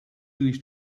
nicht